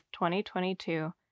2022